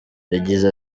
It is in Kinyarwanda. yagize